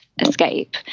escape